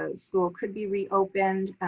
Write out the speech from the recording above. ah school could be reopened.